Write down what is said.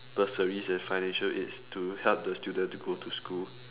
bursary and financial aids to help the student to go to school